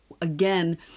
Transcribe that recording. again